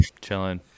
Chilling